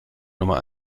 nummer